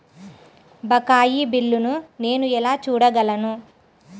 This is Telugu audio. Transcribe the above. బకాయి బిల్లును నేను ఎలా చూడగలను?